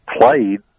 played